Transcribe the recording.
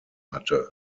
hatte